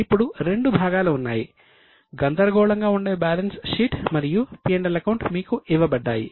ఇప్పుడు రెండు భాగాలు ఉన్నాయి గందరగోళంగా ఉండే బ్యాలెన్స్ షీట్ మరియు P L అకౌంట్ మీకు ఇవ్వబడ్డాయి